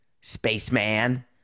spaceman